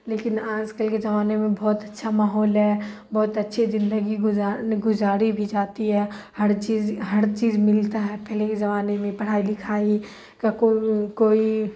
لیکن آج کل کے زمانے میں بہت اچھا ماحول ہے بہت اچھے زندگی گزارنے گزاری بھی جاتی ہے ہر چیز ہر چیز ملتا ہے پہلے کے جوانے میں پڑھائی لکھائی کا کو کوئی